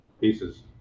pieces